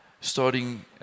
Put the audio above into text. Starting